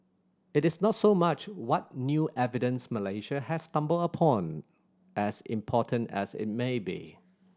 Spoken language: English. it is not so much what new evidence Malaysia has stumbled upon as important as it may be